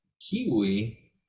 Kiwi